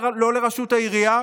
לא לראשות עירייה.